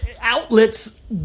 outlets